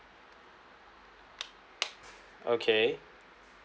okay